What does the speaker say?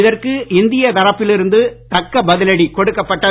இதற்கு இந்திய தரப்பில் இருந்து தக்க பதிலடி கொடுக்கப்பட்டது